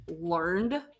learned